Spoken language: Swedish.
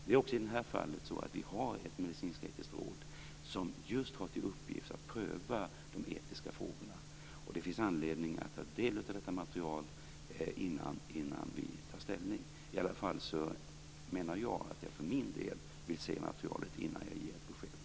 Det är också i det här fallet så att vi har ett medicinsk-etiskt råd som just har till uppgift att pröva de etiska frågorna, och det finns anledning att ta del av detta material innan vi tar ställning. I alla fall menar jag att jag för min del vill se materialet innan jag ger besked.